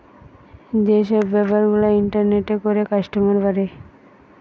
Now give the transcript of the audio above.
যে সব বেপার গুলা ইন্টারনেটে করে কাস্টমার বাড়ে